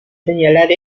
señalar